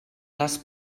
les